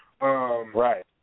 Right